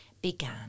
Began